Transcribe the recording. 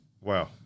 Wow